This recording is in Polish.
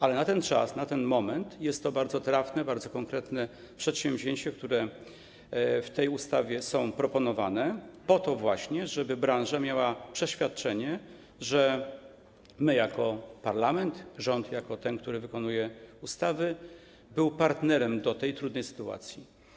Ale na ten czas, na ten moment jest to bardzo trafne, bardzo konkretne przedsięwzięcie, które w tej ustawie jest proponowane po to właśnie, żeby branża miała przeświadczenie, że my - jako parlament, jako rząd, który wykonuje ustawy - jesteśmy partnerem w tej trudnej sytuacji.